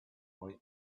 boy